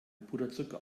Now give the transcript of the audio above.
puderzucker